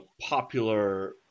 popular